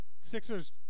Sixers